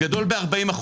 גדול ב-40%.